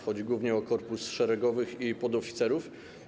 Chodzi głównie o korpus szeregowych i podoficerów.